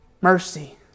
mercy